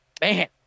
Man